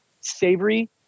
savory